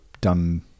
done